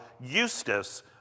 Eustace